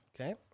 okay